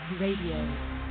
Radio